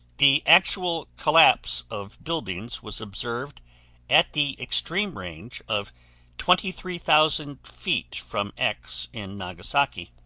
the actual collapse of buildings was observed at the extreme range of twenty three thousand feet from x in nagasaki.